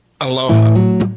Aloha